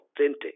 authentic